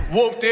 Whoop